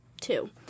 two